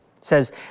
says